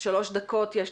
יש לי שלוש דקות בשבילך.